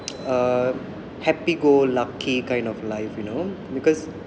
a happy go lucky kind of life you know because